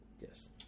Yes